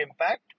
impact